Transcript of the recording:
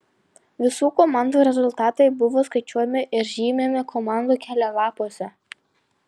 visų komandų rezultatai buvo skaičiuojami ir žymimi komandų kelialapiuose